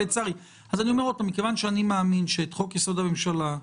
אני מאמין שחוק-יסוד: הממשלה,